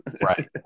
Right